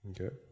okay